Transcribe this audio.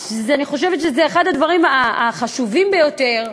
אני חושבת שזה אחד הדברים החשובים ביותר,